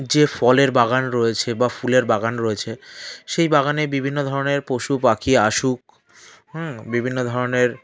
যে ফলের বাগান রয়েছে বা ফুলের বাগান রয়েছে সেই বাগানে বিভিন্ন ধরনের পশু পাখি আসুক বিভিন্ন ধরনের